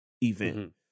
event